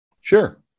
Sure